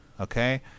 okay